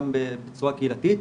גם בצורה קהילתית.